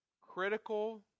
critical